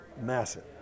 Massive